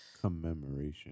Commemoration